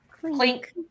clink